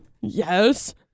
Yes